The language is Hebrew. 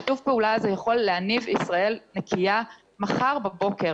שיתוף הפעולה הזאת יכול להניב ישראל נקייה מחר בבוקר,